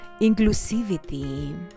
inclusivity